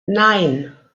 nein